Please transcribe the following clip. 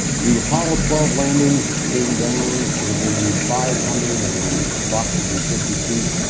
the apollo twelve landing came down within five hundred and approximately fifty feet,